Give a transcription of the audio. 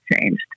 changed